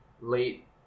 late